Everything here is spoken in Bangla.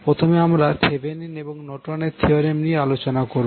প্রথমে আমরা থেভেনিন এবং নর্টনের থিওরেম নিয়ে আলোচনা করবো